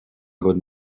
года